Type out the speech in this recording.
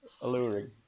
alluring